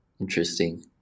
Interesting